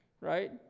right